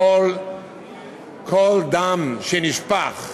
כל דם שנשפך,